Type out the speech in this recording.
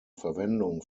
verwendung